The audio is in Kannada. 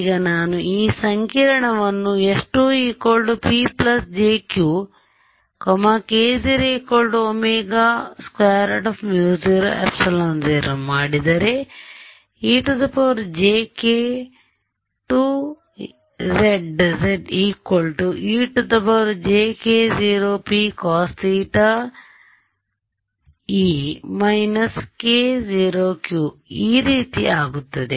ಈಗ ನಾನು ಈ ಸಂಕೀರ್ಣವನ್ನು ಮಾಡಿದರೆ ejk2z z ejk0p cos θe−k0q ಈ ರೀತಿ ಆಗುತ್ತದೆ